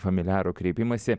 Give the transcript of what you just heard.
familiarų kreipimąsi